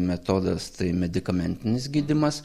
metodas tai medikamentinis gydymas